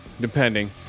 depending